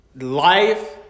Life